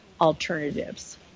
alternatives